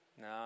No